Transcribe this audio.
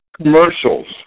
commercials